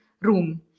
room